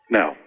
Now